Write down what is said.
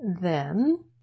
Then